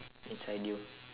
inside you